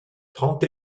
trente